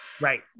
Right